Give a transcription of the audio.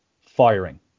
firing